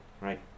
right